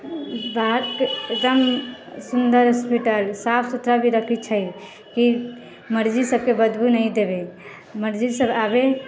बात एकदम सुन्दर हॉस्पिटल साफ सुथरा भी रखैत छै कि मर्जी सभके बदबू नहि देबै मर्जी सभ आबए